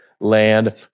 land